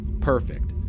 Perfect